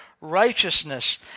righteousness